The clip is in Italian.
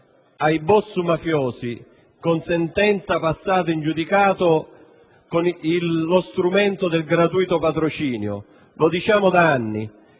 ai boss mafiosi, con sentenza passata in giudicato, lo strumento del gratuito patrocinio; lo diciamo da anni.